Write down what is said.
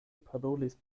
parolis